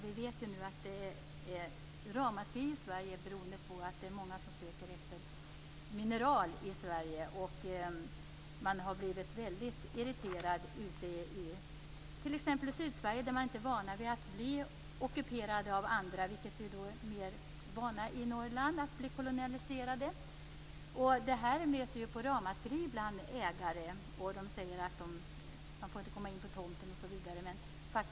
Vi vet ju att det nu är många som söker efter mineral i Sverige, vilket har skapat stor irritation i t.ex. Sydsverige där man inte är van att bli ockuperad av andra. I Norrland är vi ju mer vana vid att bli kolonialiserade. Det här har gett upphov till ramaskrin bland markägare, som säger att man inte får komma in på tomten osv.